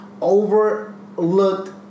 overlooked